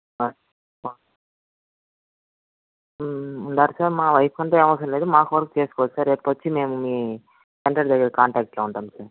but sir మా వైఫ్కి అంతా ఏమి అవసరం లేదు మాకు వరకు చేసుకోవచ్చు సార్ రేపు వచ్చి మేము మీ కాంటాక్ట్లో ఉంటాం సార్